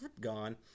gone